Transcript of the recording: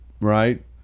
right